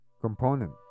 component